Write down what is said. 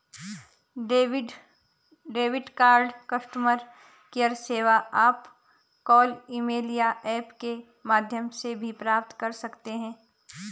debit card customer care सेवा आप call email या ऐप के माध्यम से भी प्राप्त कर सकते हैं